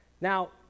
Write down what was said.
Now